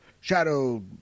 Shadow